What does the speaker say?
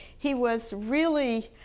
he was really,